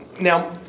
now